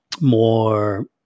more